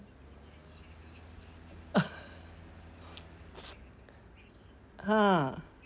!huh!